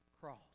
cross